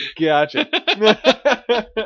Gotcha